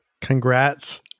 Congrats